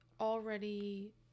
already